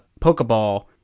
Pokeball